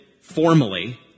formally